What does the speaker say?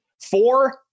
Four